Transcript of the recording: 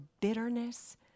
bitterness